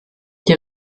die